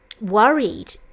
worried